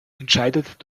entscheidet